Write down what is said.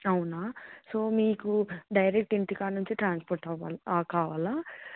అవునా సో మీకు డైరెక్ట్ ఇంటికాడ నుంచి ట్రాన్స్పోర్ట్ అవ్వాలి కావాలా